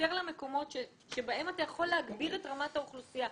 יותר למקומות שבהם אתה יכול להגביר את רמת האוכלוסייה.